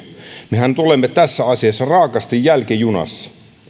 mehän tulemme tässä asiassa raakasti jälkijunassa